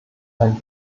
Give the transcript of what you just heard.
ein